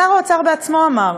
שר האוצר בעצמו אמר,